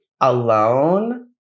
alone